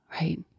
right